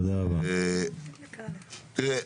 תראה,